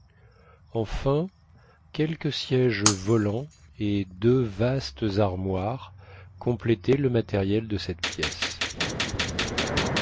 enfin quelques sièges volants et deux vastes armoires complétaient le matériel de cette pièce